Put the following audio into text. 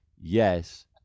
Yes